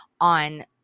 on